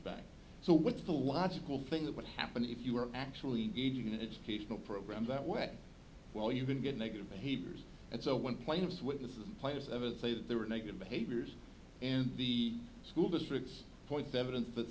back so what's the logical thing that would happen if you were actually eating an educational program that way well you can get negative behaviors and so when plaintiff's witnesses players ever say that there were negative behaviors and the school districts point the evidence that